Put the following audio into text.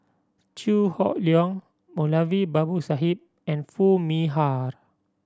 Chew Hock Leong Moulavi Babu Sahib and Foo Mee Har